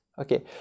okay